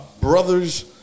brothers